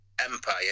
empire